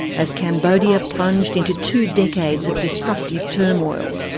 as cambodia plunged into two decades of destructive turmoil.